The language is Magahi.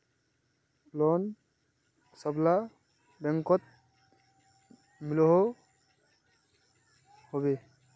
लोन सबला बैंकोत मिलोहो होबे?